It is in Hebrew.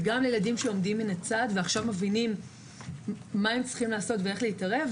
וגם לילדים שעומדים מהצד ועכשיו מבינים מה הם צריכים לעשות ואיך להתערב,